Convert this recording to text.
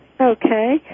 Okay